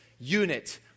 unit